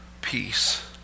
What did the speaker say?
peace